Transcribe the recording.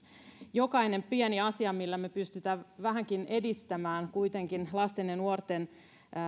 jokainen pieni asia jolla me pystymme vähänkin edistämään lasten ja nuorten